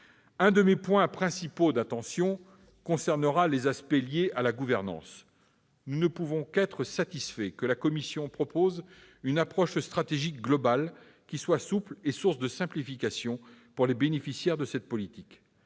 L'un de mes points principaux d'attention concernera les aspects liés à la gouvernance. Nous ne pouvons qu'être satisfaits que la Commission européenne propose une approche stratégique globale, qui soit souple et source de simplification pour les bénéficiaires de cette politique.